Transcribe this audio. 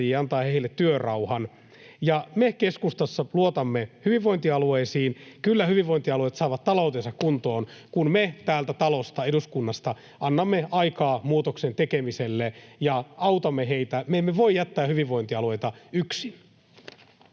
ja antaako se heille työrauhan. Me keskustassa luotamme hyvinvointialueisiin. Kyllä hyvinvointialueet saavat taloutensa kuntoon, kun me täältä talosta, eduskunnasta, annamme aikaa muutoksen tekemiselle ja autamme heitä. Me emme voi jättää hyvinvointialueita yksin.